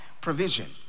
provision